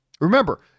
Remember